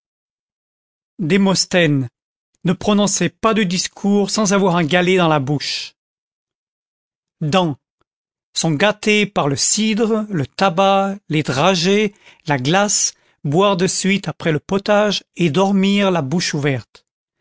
démosthène ne prononçait pas de discours sans avoir un galet dans la bouche dents sont gâtées par le cidre le tabac les dragées la glace boire de suite après le potage et dormir la bouche ouverte